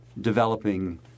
developing